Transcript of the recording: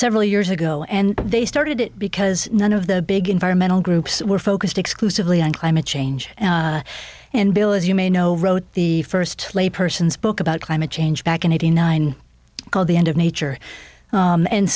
several years ago and they started it because none of the big environmental groups were focused exclusively on climate change and and bill as you may know wrote the first play persons book about climate change back in eighty nine called the end of nature